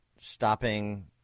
stopping